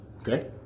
Okay